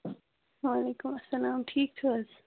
وَعلیکُم اَسَلام ٹھیٖک چھِو حظ